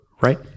right